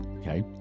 okay